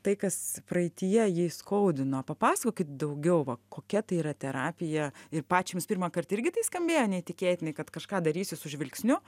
tai kas praeityje jį skaudino papasakokit daugiau va kokia tai yra terapija ir pačiai jums pirmąkart irgi tai skambėjo neįtikėtinai kad kažką darysi su žvilgsniu